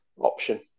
option